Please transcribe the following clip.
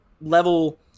level